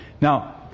Now